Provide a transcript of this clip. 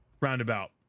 Roundabout